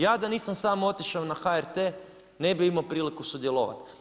Ja da nisam sam otišao na HRT, ne bi imao priliku sudjelovati.